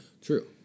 True